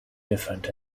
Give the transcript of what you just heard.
different